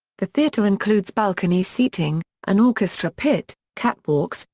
the theatre includes balcony seating, an orchestra pit, catwalks,